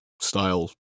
style